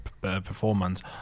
performance